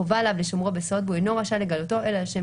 חובה עליו לשומרו בסוד והוא אינו רשאי לגלותו אלא לשם